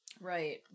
Right